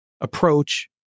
approach